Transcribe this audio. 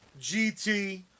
GT